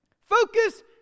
Focus